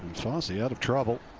fassi out of trouble.